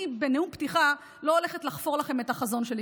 אני בנאום הפתיחה לא הולכת לחפור לכם על החזון שלי,